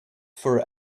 for